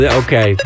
okay